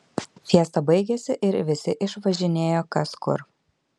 fiesta baigėsi ir visi išvažinėjo kas kur